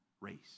race